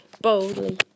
boldly